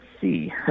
see